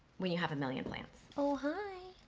when you have a million plants. oh hi,